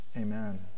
amen